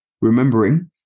remembering